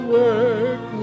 work